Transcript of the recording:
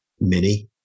Minnie